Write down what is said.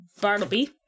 Bartleby